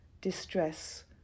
distress